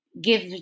give